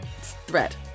threat